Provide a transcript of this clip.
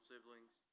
Siblings